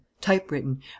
typewritten